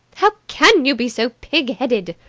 how can you be so pig-headed!